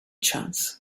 chance